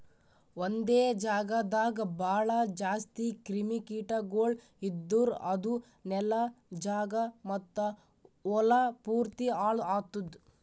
ಒಂದೆ ಜಾಗದಾಗ್ ಭಾಳ ಜಾಸ್ತಿ ಕ್ರಿಮಿ ಕೀಟಗೊಳ್ ಇದ್ದುರ್ ಅದು ನೆಲ, ಜಾಗ ಮತ್ತ ಹೊಲಾ ಪೂರ್ತಿ ಹಾಳ್ ಆತ್ತುದ್